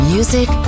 Music